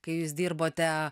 kai jūs dirbote